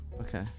Okay